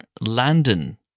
Landon